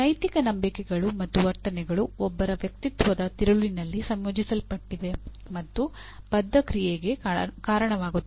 ನೈತಿಕ ನಂಬಿಕೆಗಳು ಮತ್ತು ವರ್ತನೆಗಳು ಒಬ್ಬರ ವ್ಯಕ್ತಿತ್ವದ ತಿರುಳಿನಲ್ಲಿ ಸಂಯೋಜಿಸಲ್ಪಟ್ಟಿವೆ ಮತ್ತು ಬದ್ಧ ಕ್ರಿಯೆಗೆ ಕಾರಣವಾಗುತ್ತವೆ